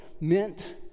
meant